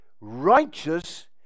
righteous